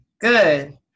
Good